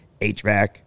HVAC